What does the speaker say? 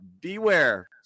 beware